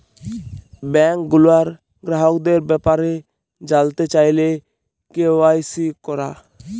bank গুলার গ্রাহকদের ব্যাপারে জালতে চাইলে কে.ওয়াই.সি ক্যরা